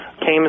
came